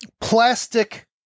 plastic